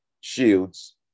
shields